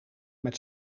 met